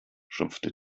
schimpfte